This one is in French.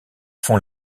font